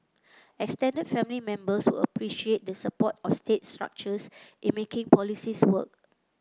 extended family members would appreciate the support of state structures in making policies work